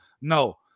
No